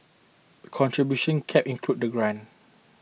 contribution caps include the grant